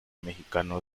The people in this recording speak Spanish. mexicano